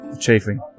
Chafing